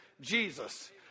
jesus